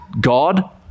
God